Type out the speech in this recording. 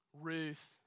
Ruth